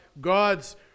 God's